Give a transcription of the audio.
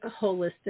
holistic